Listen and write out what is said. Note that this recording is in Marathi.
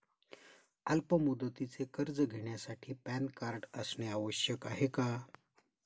अल्प मुदतीचे कर्ज घेण्यासाठी पॅन कार्ड असणे आवश्यक आहे का?